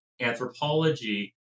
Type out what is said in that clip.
Anthropology